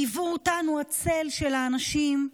ליוו אותנו הצל של האנשים,